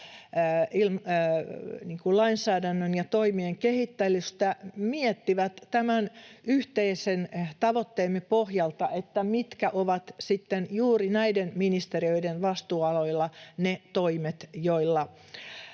lainsäädännön ja toimien kehittelystä, miettivät tämän yhteisen tavoitteemme pohjalta, mitkä ovat sitten juuri näiden ministeriöiden vastuualoilla ne toimet, joilla